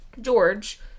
George